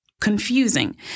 confusing